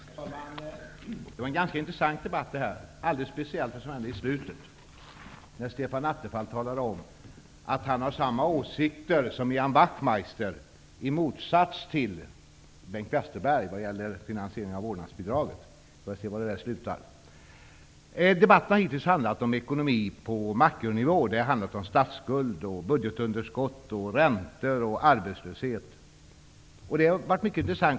Herr talman! Det här har varit en ganska intressant debatt, alldeles speciellt det som hände i slutet. Stefan Attefall talade då om att han har samma åsikter som Ian Wachtmeister i motsats till Bengt Westerberg vad gäller finansieringen av vårdnadsbidraget. Vi får se var det slutar. Debatten har givetvis handlat om ekonomi på makronivå. Det har handlat om statsskulden, budgetunderskottet, räntorna och arbetslösheten. Det har varit mycket intressant.